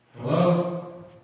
Hello